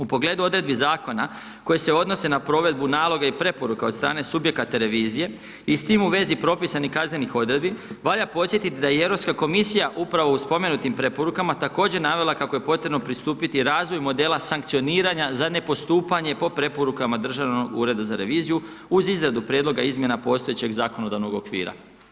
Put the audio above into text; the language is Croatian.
U pogledu odredbe zakona, koji se odnose na provedbe naloga i preporuka od strane subjekata revizije i s tim u vezi propisanih kaznenih odredbi, valja podsjetiti da i Europska komisija, upravo u spomenutim preporukama, također navela, kako je potrebno pristupiti razvoju modela sankcioniranja za nepostupanje po preporukama Državnog ureda za reviziju uz izradu prijedloga, prijedloga izmjena postojećeg zakonodavnog okvira.